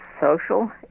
social